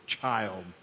child